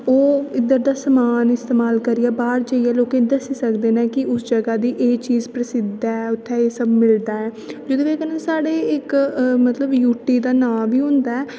ओह् इधर दा समान इस्तेमाल करियै बाहर जेइयै लोकें गी दस्सी सकदे ना कि उस जगह दी एह् चीज प्रसिद्ध ऐ उत्थै एह् सब कुछ मिलदा ऐ जेहड़ी बजह कन्नै तुस साढ़े इक मतलब यूटी दा नां बी होंदा ऐ और